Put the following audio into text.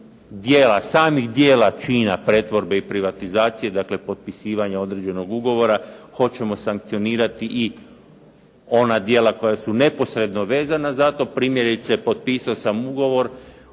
samih djela čina pretvorbe i privatizacije, dakle potpisivanja određenog ugovora, hoćemo sankcionirati i ona djela koja su neposredno za to. Primjerice potpisao sam ugovor